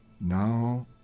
Now